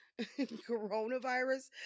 coronavirus